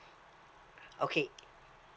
okay